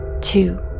Two